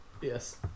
Yes